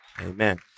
Amen